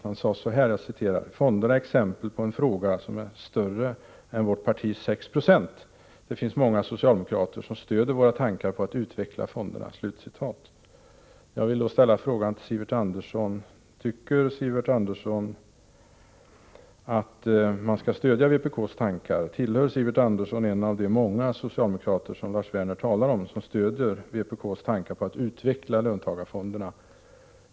Lars Werner sade så här: ”Fonderna är exempel på en fråga som är större än vårt partis 6 76. Det finns många socialdemokrater som stöder våra tankar på att utveckla fonderna.” Tycker Sivert Andersson att man skall stödja vpk:s tankar? Är Sivert Andersson en av de många socialdemokrater som Lars Werner talar om och som stöder vpk:s tankar på utveckling av löntagarfonderna?